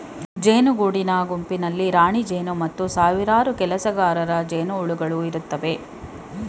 ಜೇನು ಗೂಡಿನ ಗುಂಪಿನಲ್ಲಿ ರಾಣಿಜೇನು ಮತ್ತು ಸಾವಿರಾರು ಕೆಲಸಗಾರ ಜೇನುಹುಳುಗಳು ಇರುತ್ತವೆ